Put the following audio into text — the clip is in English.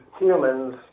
humans